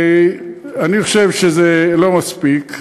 אני חושב שזה לא מספיק,